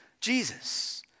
Jesus